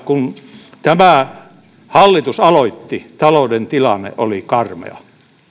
kun tämä hallitus aloitti talouden tilanne oli karmea